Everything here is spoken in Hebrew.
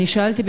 אני שאלתי,